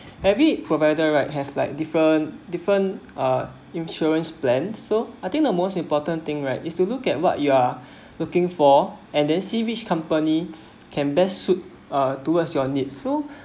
every provider right have like different different uh insurances plans so I think the most important thing right is to look at what you are looking for and then see which company can best suit uh towards your need so